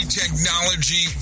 technology